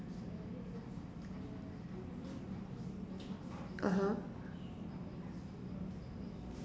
(uh huh)